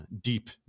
deep